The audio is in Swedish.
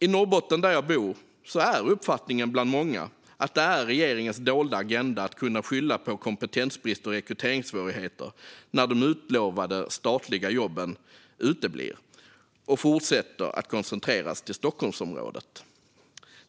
I Norrbotten, där jag bor, är uppfattningen bland många att det är regeringens dolda agenda att kunna skylla på kompetensbrist och rekryteringssvårigheter när de utlovade statliga jobben uteblir och fortsätter att koncentreras till Stockholmsområdet.